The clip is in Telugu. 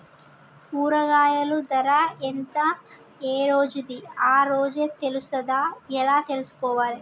కూరగాయలు ధర ఎంత ఏ రోజుది ఆ రోజే తెలుస్తదా ఎలా తెలుసుకోవాలి?